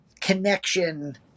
connection